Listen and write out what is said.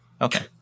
Okay